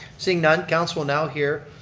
seeing none council will now hear,